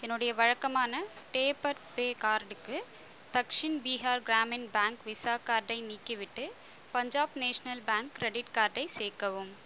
என்னுடைய வழக்கமான tapper pay கார்டுக்கு தக்ஷின் பீகார் கிராமின் பேங்க் விஸா கார்டை நீக்கிவிட்டு பஞ்சாப் நேஷனல் பேங்க் கிரெடிட் கார்டை சேர்க்கவும்